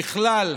ככלל,